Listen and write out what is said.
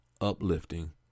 uplifting